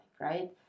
right